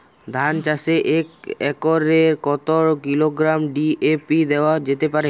ধান চাষে এক একরে কত কিলোগ্রাম ডি.এ.পি দেওয়া যেতে পারে?